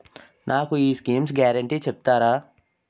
నాకు ఈ schemes guarantee చెప్తారా?